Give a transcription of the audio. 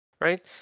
right